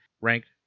ranked